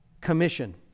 commission